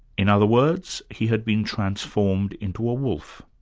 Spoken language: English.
in other words, he had been transformed into a wolf.